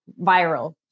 viral